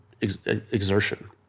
exertion